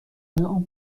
الان